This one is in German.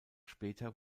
später